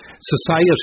society